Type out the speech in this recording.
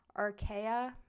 archaea